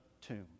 tomb